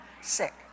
sick